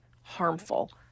harmful